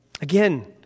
Again